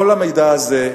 כל המידע הזה,